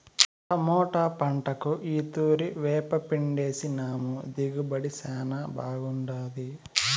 tomato పంటకు ఈ తూరి వేపపిండేసినాము దిగుబడి శానా బాగుండాది